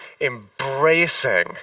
embracing